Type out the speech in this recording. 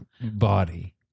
body